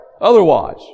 otherwise